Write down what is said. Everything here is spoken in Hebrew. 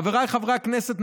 חבריי חברי הכנסת,